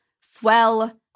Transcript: Swell